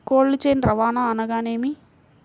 Cold chain రవాణా అనగా నేమి?